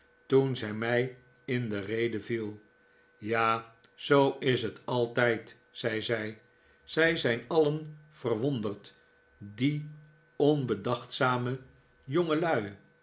toen zij mij in de rede viel ja zoo is het altijd zei zij zij zijn alien verwonderd die onbedachtzame jongelui